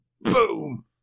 Boom